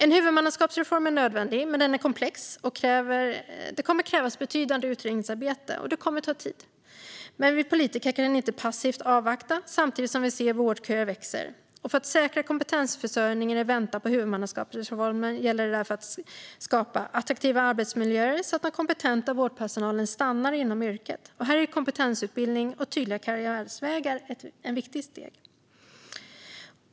En huvudmannaskapsreform är nödvändig, men den är komplex och kommer att kräva betydande utredningsarbete. Det kommer att ta tid, men vi politiker kan inte passivt avvakta samtidigt som vi ser att vårdköerna växer. För att säkra kompetensförsörjningen i väntan på huvudmannaskapsreformen gäller det därför att skapa en attraktiv arbetsmiljö så att den kompetenta vårdpersonalen stannar inom yrket. Här är kompetensutveckling och tydliga karriärvägar viktiga steg.